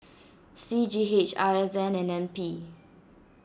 C G H R S N and N P